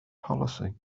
policy